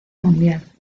mundial